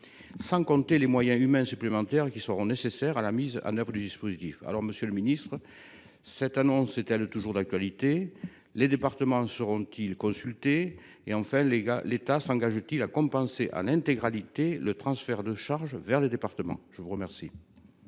sans compter les moyens humains supplémentaires qui seront nécessaires à la mise en œuvre du dispositif. Monsieur le ministre, cette annonce est elle toujours d’actualité ? Les départements seront ils consultés ? L’État s’engage t il à compenser en intégralité le transfert de charges vers les départements ? La parole